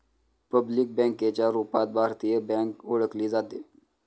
public बँकेच्या रूपात भारतीय बँक ओळखली जाते